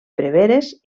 preveres